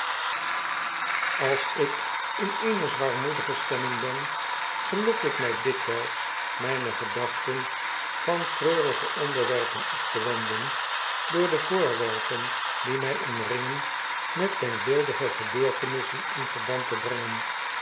als ik in eene zwaarmoedige stemming ben gelukt het my dikwyls myne gedachten van treurige onderwerpen af te wenden door de voorwerpen die my omringen met denkbeeldige gebeurtenissen in verband te brengen